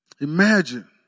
Imagine